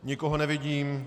Nikoho nevidím.